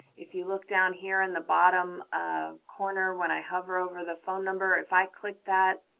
if you look down here in the bottom ah corner when i hover over the phone number, if i click that,